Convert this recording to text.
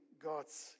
God's